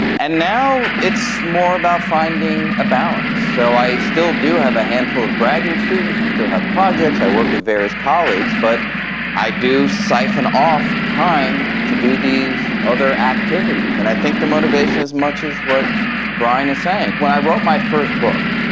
and now it's more about finding a balance. so i still do have a handful of graduate students, we still have projects, i work with various colleagues, but i do siphon off time to do these other activities. and i think the motivation is much as what brian is saying. when i wrote my first book,